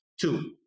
Two